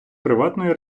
приватної